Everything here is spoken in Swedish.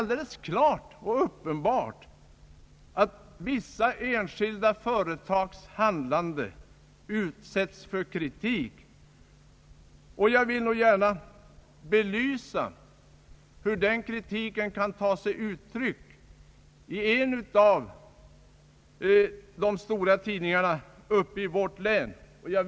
Det är uppenbart att vissa enskilda företags handlande utsätts för kritik. Jag vill gärna belysa hur den kritiken kan ta sig uttryck i en av de stora tidningarna i vårt län.